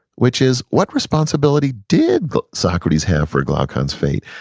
which is, what responsibility did socrates have for glaucon's fate?